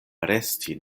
resti